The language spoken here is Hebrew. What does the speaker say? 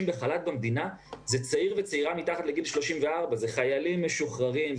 בחל"ת במדינה הוא צעיר או צעירה מתחת לגיל 34. זה חיילים משוחררים,